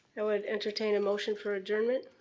i would entertain a motion for adjournment.